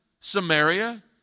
Samaria